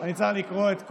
אני צריך לקרוא את כל,